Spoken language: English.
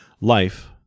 Life